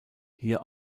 hier